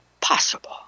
possible